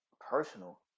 personal